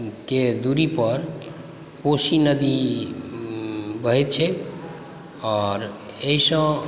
के दुरी पर कोशी नदी बहै छै और एहिसँ